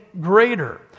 greater